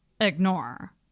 ignore